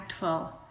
impactful